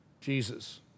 Jesus